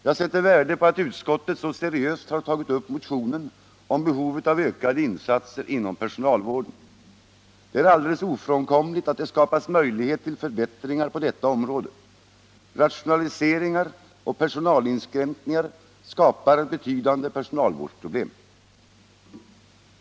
Jag sätter värde på att utskottet så seriöst har tagit upp motionen om behovet av ökade insatser inom personalvården. Det är alldeles ofrånkomligt att det måste skapas möjlighet till förbättringar på detta område. Rationaliseringar och personalinskränkningar skapar nämligen betydande personalvårdsproblem.